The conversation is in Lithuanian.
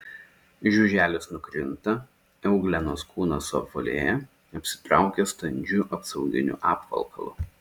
žiuželis nukrinta euglenos kūnas suapvalėja apsitraukia standžiu apsauginiu apvalkalu